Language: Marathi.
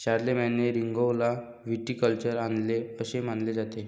शारलेमेनने रिंगौला व्हिटिकल्चर आणले असे मानले जाते